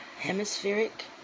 hemispheric